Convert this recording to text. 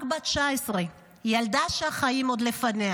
רק בת 19 --- ילדה שהחיים עוד לפניה,